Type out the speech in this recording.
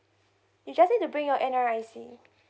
you just need to bring your N_R_I_C